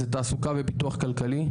זה תעסוקה ופיתוח כלכלי,